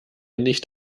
nicht